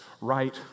right